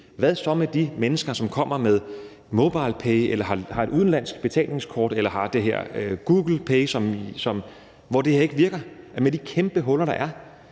hvad så med de mennesker, som betaler med MobilePay eller har et udenlandsk betalingskort eller har det her Google Pay, hvor det her ikke vil virke med de kæmpe huller, der er